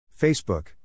Facebook